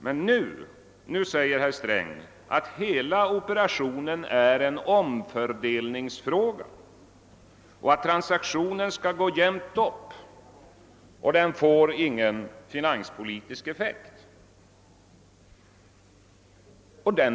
Men nu säger herr Sträng att hela operationen är en omfördelningsfråga och att transaktionen skall gå jämnt upp och att den inte får någon finanspolitisk effekt.